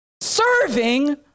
serving